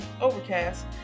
Overcast